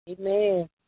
Amen